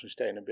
sustainability